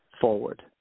forward